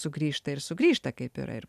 sugrįžta ir sugrįžta kaip yra ir